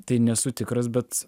tai nesu tikras bet